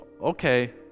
Okay